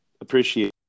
appreciate